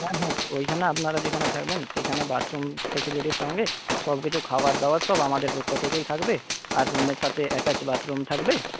হ্যাঁ হ্যাঁ ওইখানে আপনারা যেখানে থাকবেন সেখানে বাথরুম ফেসিলিটির সঙ্গে সবকিছু খাওয়ার দাওয়ার সব আমাদের পক্ষ থেকেই থাকবে আর রুমের সাথে অ্যাটাচড বাথরুম থাকবে